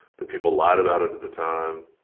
that people lied about it at the time.